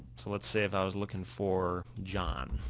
so let's say if i was lookin' for john,